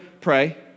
Pray